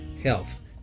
health